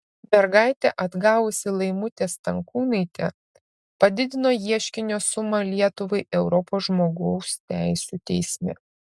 mergaitę atgavusi laimutė stankūnaitė padidino ieškinio sumą lietuvai europos žmogaus teisių teisme